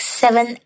seven